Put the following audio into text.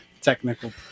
Technical